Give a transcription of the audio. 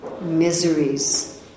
miseries